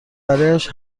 برایش